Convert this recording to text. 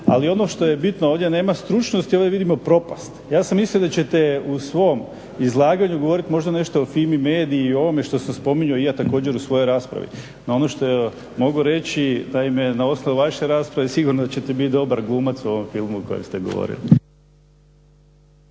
Ali ono što je bitno, ovdje nema stručnosti, ovdje vidimo propast. Ja sam mislio da ćete u svom izlaganju govoriti možda nešto o Fimi-Medii i ovome što sam spominjao i ja također u svojoj raspravi. No ono što mogu reći naime na osnovu vaše rasprave sigurno ćete biti dobar glumac u ovom filmu o kojem ste govorili.